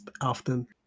often